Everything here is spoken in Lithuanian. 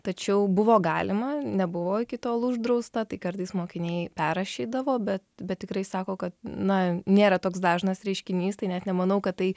tačiau buvo galima nebuvo iki tol uždrausta tai kartais mokiniai perrašydavo bet bet tikrai sako kad na nėra toks dažnas reiškinys tai net nemanau kad tai